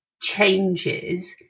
changes